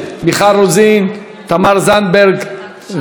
של תמר זנדברג ושל ידידנו,